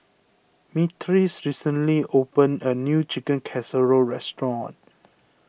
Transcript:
Myrtis recently opened a new Chicken Casserole restaurant